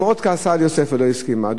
היא מאוד כעסה על יוסף ולא הסכימה.